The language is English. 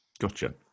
Gotcha